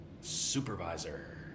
supervisor